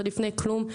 עוד לפני כלום.